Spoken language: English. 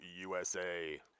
USA